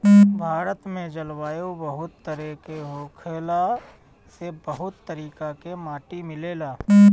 भारत में जलवायु बहुत तरेह के होखला से बहुत तरीका के माटी मिलेला